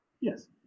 Yes